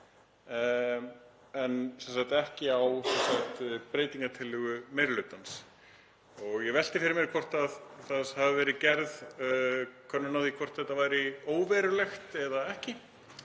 en ekki á breytingartillögu meiri hlutans. Ég velti fyrir mér hvort það hafi verið gerð könnun á því hvort þetta væri óverulegt eða ekki